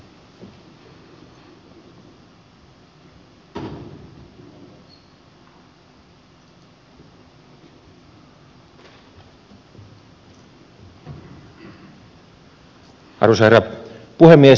arvoisa herra puhemies